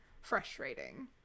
frustrating